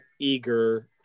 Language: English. eager